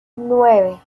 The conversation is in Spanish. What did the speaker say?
nueve